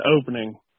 opening